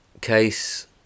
case